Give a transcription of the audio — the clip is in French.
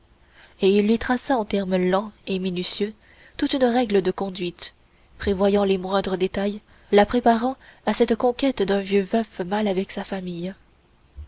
et il lui traça en termes lents et minutieux toute une règle de conduite prévoyant les moindres détails la préparant à cette conquête d'un vieux veuf mal avec sa famille